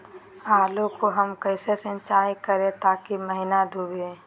आलू को हम कैसे सिंचाई करे ताकी महिना डूबे?